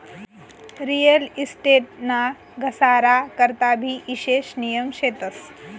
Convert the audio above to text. real estate ना घसारा करता भी ईशेष नियम शेतस